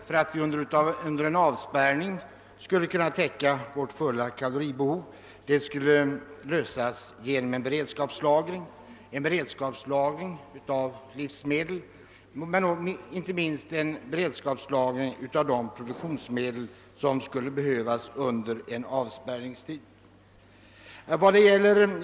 För att vi under en avspärrning skall kunna täcka vårt fulla kaloribehov skall ett beredskapslager läggas upp av livsmedel samt av de produktionsmedel för jordbruket som behövs under en avspärrningstid.